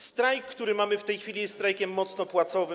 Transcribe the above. Strajk, który mamy w tej chwili, jest strajkiem mocno płacowym.